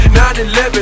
9/11